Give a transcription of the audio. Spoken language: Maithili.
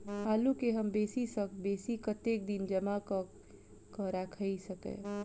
आलु केँ हम बेसी सऽ बेसी कतेक दिन जमा कऽ क राइख सकय